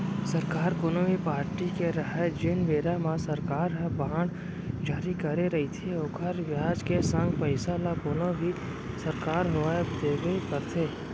सरकार कोनो भी पारटी के रहय जेन बेरा म सरकार ह बांड जारी करे रइथे ओखर बियाज के संग पइसा ल कोनो भी सरकार होवय देबे करथे